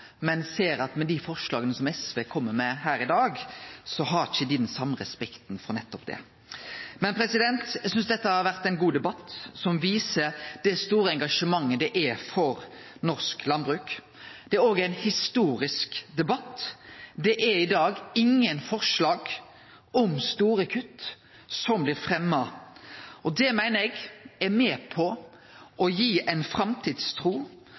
men ser at med dei forslaga som SV kjem med her i dag, har ikkje dei den same respekten for nettopp det. Eg synest dette har vore ein god debatt, som viser det store engasjementet det er for norsk landbruk. Det er òg ein historisk debatt. Det er i dag ingen forslag om store kutt som blir fremja, og det meiner eg er med på